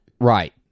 Right